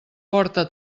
porta